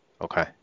Okay